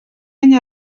any